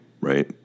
right